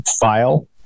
file